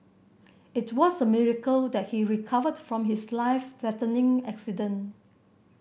it was a miracle that he recovered from his life threatening accident